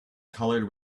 colored